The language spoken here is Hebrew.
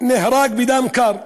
נהרג בדם קר,